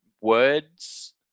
words